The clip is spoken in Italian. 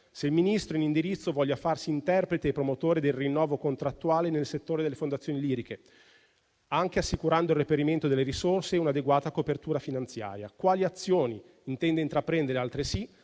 se il Ministro in indirizzo voglia farsi interprete e promotore del rinnovo contrattuale nel settore delle fondazioni lirico-sinfoniche, anche assicurando il reperimento delle risorse e un'adeguata copertura finanziaria; quali azioni intenda intraprendere, altresì,